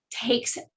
takes